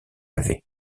avait